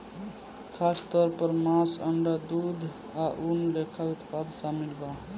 खासतौर पर मांस, अंडा, दूध आ ऊन लेखा उत्पाद शामिल बा